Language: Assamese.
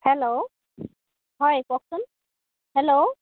হেল্ল' হয় কওকচোন হেল্ল'